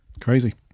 Crazy